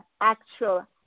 actual